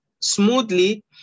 smoothly